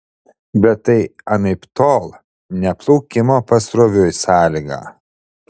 bet tai anaiptol ne plaukimo pasroviui sąlyga